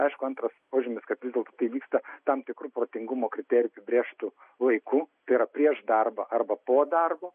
aišku antras požymis kad vis dėlto tai vyksta tam tikru protingumo kriterij apibrėžtu laiku tai yra prieš darbą arba po darbo